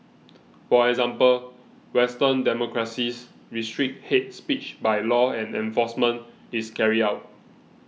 for example Western democracies restrict hate speech by law and enforcement is carried out